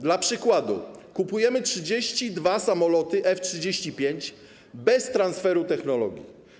Dla przykładu kupujemy 32 samoloty F-35 bez transferu technologii.